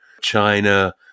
China